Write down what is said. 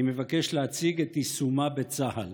אני מבקש להציג את יישומה בצה"ל.